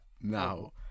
No